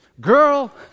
Girl